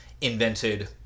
invented